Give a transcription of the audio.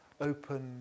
open